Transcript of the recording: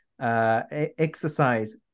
exercise